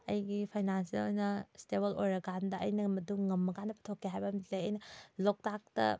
ꯑꯩꯒꯤ ꯐꯥꯏꯅꯥꯜꯁꯦꯜ ꯑꯣꯏꯅ ꯏꯁꯇꯦꯕꯜ ꯑꯣꯏꯔꯀꯥꯟꯗ ꯑꯩꯅ ꯃꯗꯨ ꯉꯝꯃꯀꯥꯟꯗ ꯄꯨꯊꯣꯛꯀꯦ ꯍꯥꯏꯕ ꯑꯃꯗꯤ ꯂꯩ ꯑꯩꯅ ꯂꯣꯛꯇꯥꯛꯇ